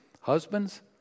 husbands